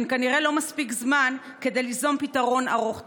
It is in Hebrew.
הן כנראה לא מספיק זמן כדי ליזום פתרון ארוך טווח.